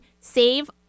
save